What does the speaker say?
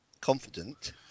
confident